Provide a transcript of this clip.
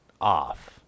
off